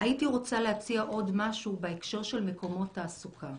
הייתי רוצה להציע עוד משהו בהקשר של מקומות תעסוקה.